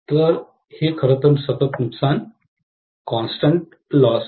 तर हे खरंतर सतत नुकसान आहे